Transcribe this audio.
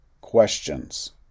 questions